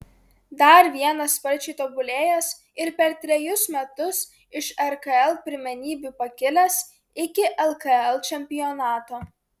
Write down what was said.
dar vienas sparčiai tobulėjęs ir per trejus metus iš rkl pirmenybių pakilęs iki lkl čempionato